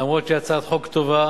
למרות שהיא הצעת חוק טובה